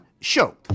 Show